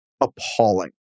appalling